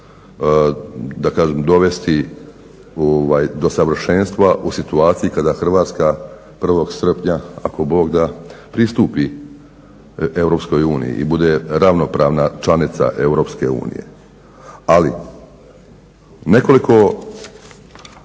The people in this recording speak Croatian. da kažem dovesti do savršenstva u situaciji kada Hrvatska 1. srpnja, ako Bog da, pristupi EU i bude ravnopravna članica EU. Ali, nekoliko